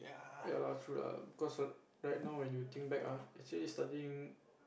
ya lah true lah cause right now when you think back actually studying